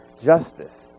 Justice